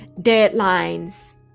deadlines